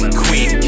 queen